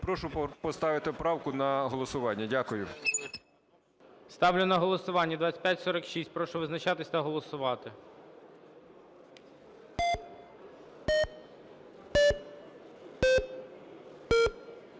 Прошу поставити правку на голосування. Дякую. ГОЛОВУЮЧИЙ. Ставлю на голосування 2546. Прошу визначатись та голосувати.